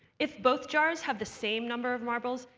if both jars have the same number of marbles,